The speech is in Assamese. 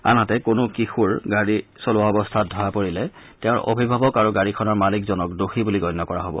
আনহাতে কোনো কিশোৰ গাড়ী চলোৱা অৱস্থাত ধৰা পৰিলে তেওঁৰ অভিভাৱক আৰু গাড়ীখনৰ মালিকজনক দোষী বুলি গণ্য কৰা হব